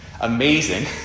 amazing